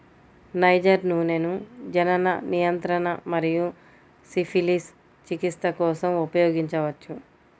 niger నూనెను జనన నియంత్రణ మరియు సిఫిలిస్ చికిత్స కోసం ఉపయోగించవచ్చు